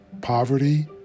poverty